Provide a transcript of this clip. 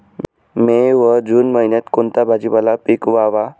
मे व जून महिन्यात कोणता भाजीपाला पिकवावा?